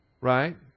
right